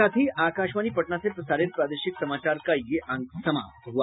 इसके साथ ही आकाशवाणी पटना से प्रसारित प्रादेशिक समाचार का ये अंक समाप्त हुआ